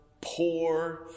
poor